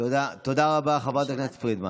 תודה רבה, חברת הכנסת פרידמן.